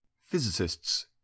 Physicists